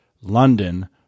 London